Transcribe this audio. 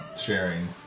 sharing